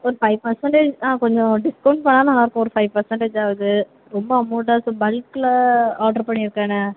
ஒரு five percentage ஆ கொஞ்சம் டிஸ்கௌண்ட் பண்ணால் நல்லாயிருக்கும் ஒரு பர்சண்டேஜாவது ரொம்ப அமௌண்ட்டா ஸோ பல்க்கில் ஆர்ட்ரு பண்ணியிருக்கேனே